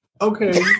okay